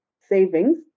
savings